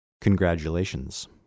Congratulations